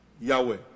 Yahweh